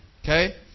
Okay